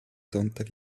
sonntag